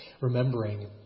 Remembering